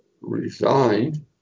resigned